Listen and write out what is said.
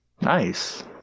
Nice